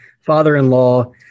father-in-law